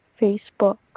Facebook